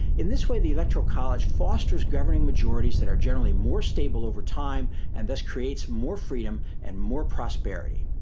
in this way, the electoral college fosters governing majorities that are generally more stable over time and thus creates more freedom and more prosperity.